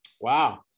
Wow